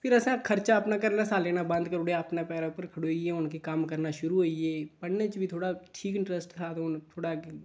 फिरी असें खर्चा अपना करना लैना बंद करी ओड़ेआ अपने पैरें उप्पर खड़ोई गे हून कि कम्म करना शुरू होई गे पढ़ने च बी थोह्ड़ा ठीक इंट्रस्ट था ते हून थोह्ड़ा